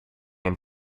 and